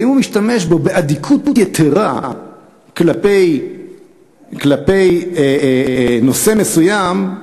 ואם הוא משתמש בו באדיקות יתרה כלפי נושא מסוים,